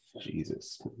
Jesus